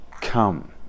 come